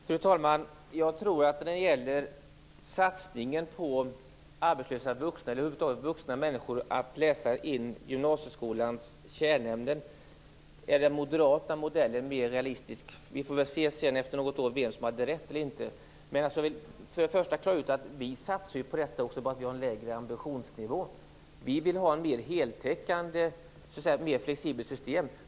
Fru talman! När det gäller satsningen på att ge arbetslösa vuxna, eller vuxna människor över huvud taget, möjlighet att läsa in gymnasieskolans kärnämnen tror jag att den moderata modellen är mer realistisk. Vi får se, efter något år, vem som hade rätt. Jag vill klara ut att vi också satsar på detta, men att vi har en lägre ambitionsnivå. Vi vill ha ett mer heltäckande och mer flexibelt system.